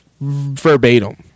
verbatim